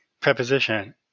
preposition